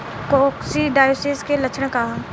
Coccidiosis के लक्षण का ह?